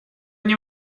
nie